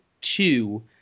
two